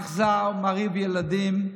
אכזר, מרעיב ילדים,